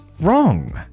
Wrong